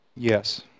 Yes